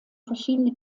verschiedene